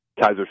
Kaiser